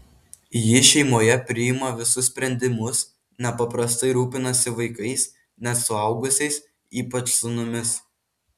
ji šeimoje priima visus sprendimus nepaprastai rūpinasi vaikais net suaugusiais ypač sūnumis